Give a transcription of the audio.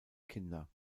kinder